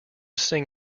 sing